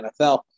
NFL